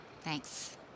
Thanks